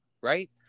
right